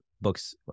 books